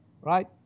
right